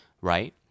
right